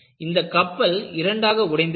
இந்தக் கப்பல் இரண்டாக உடைந்து விட்டது